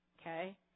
okay